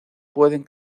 pueden